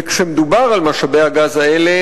וכשמדובר על משאבי הגז האלה,